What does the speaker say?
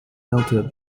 melted